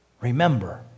remember